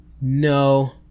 no